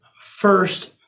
First